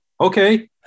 okay